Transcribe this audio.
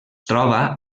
troba